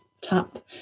tap